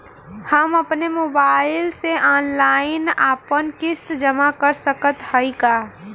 हम अपने मोबाइल से ऑनलाइन आपन किस्त जमा कर सकत हई का?